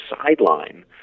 sideline